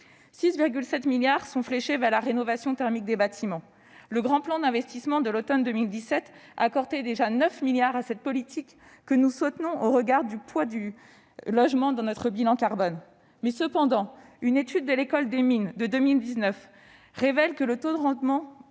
6,7 milliards d'euros sont fléchés vers la rénovation thermique des bâtiments. Le « grand plan d'investissement » de l'automne 2017 accordait déjà 9 milliards d'euros à cette politique que nous soutenons, au regard du poids du logement dans notre bilan carbone. Cependant, une étude de l'École des mines de 2019 révèle que le taux de rentabilité